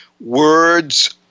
words